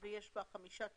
ויש בה חמישה טורים.